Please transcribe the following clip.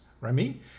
Remy